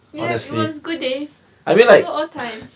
yes it was good days good old times